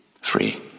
Free